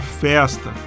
festa